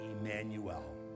Emmanuel